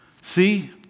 See